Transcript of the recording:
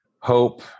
hope